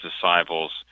disciples